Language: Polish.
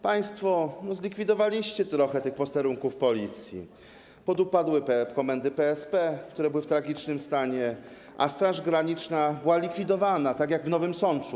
Państwo zlikwidowaliście trochę posterunków Policji, podupadły komendy PSP, które były w tragicznym stanie, a Straż Graniczna była likwidowana, tak jak w Nowym Sączu.